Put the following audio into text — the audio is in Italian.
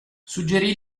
suggerì